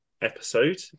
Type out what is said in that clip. episode